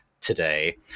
today